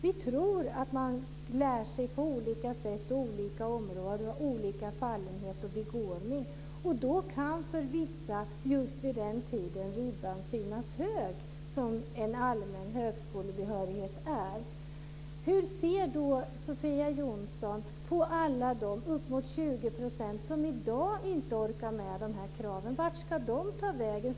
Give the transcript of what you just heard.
Vi tror att man lär sig på olika sätt på olika områden. Man har olika fallenhet och begåvning. Då kan för vissa, just vid den tiden, den ribba som allmän högskolebehörighet innebär synas hög. Hur ser Sofia Jonsson på de uppemot 20 % som i dag inte orkar med de här kraven? Vart ska de ta vägen?